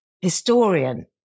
historian